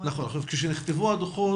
נכתב הדוח,